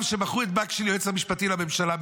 שבחרו את בקשי מקהלת ליועץ המשפטי לממשלה,